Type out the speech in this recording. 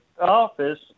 office